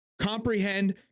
comprehend